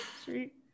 Street